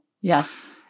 Yes